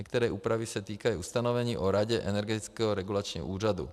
Některé úpravy se týkají ustanovení o Radě Energetického regulačního úřadu.